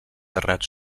terrat